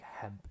hemp